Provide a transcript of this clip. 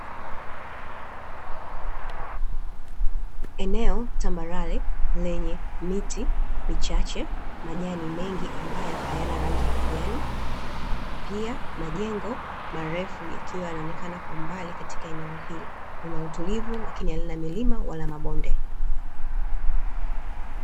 Eneo tambarare lenye miti michache majani mengi ambayo hayana rangi ya kijani, pia majengo marefu yakiwa yanaonekana kwa mbali katika eneo hilo, lina utulivu lakini halina milima wala mabonde.